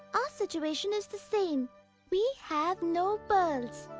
ah situation is the same we have no pearls,